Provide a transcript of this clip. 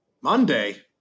Monday